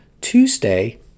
Tuesday